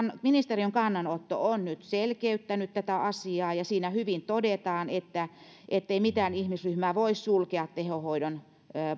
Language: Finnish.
ministeriön kannanotto on nyt selkeyttänyt tätä asiaa ja siinä hyvin todetaan ettei mitään ihmisryhmää voi sulkea tehohoidon